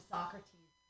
Socrates